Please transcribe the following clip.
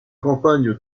campagne